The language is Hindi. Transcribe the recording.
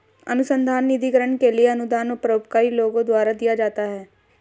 अनुसंधान निधिकरण के लिए अनुदान परोपकारी लोगों द्वारा दिया जाता है